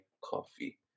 coffee